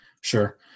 sure